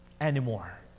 anymore